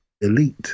elite